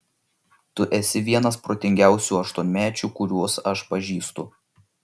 tu esi vienas protingiausių aštuonmečių kuriuos aš pažįstu